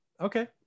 Okay